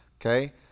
Okay